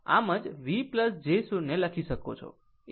આમ જ V j 0 લખી શકો છો